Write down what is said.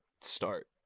start